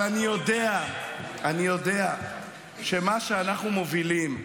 אבל אני יודע שמה שאנחנו מובילים,